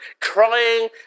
crying